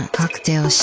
cocktail